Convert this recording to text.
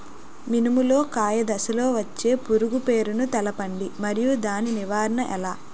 మినుము లో కాయ దశలో వచ్చే పురుగు పేరును తెలపండి? మరియు దాని నివారణ ఎలా?